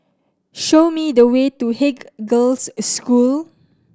show me the way to Haig Girls' School